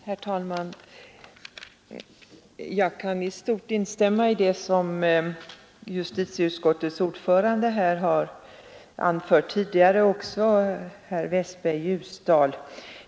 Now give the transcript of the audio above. Herr talman! Jag kan i stort sett instämma i det som justitieutskottets ordförande och även herr Westberg i Ljusdal har anfört här tidigare.